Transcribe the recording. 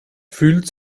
fühlt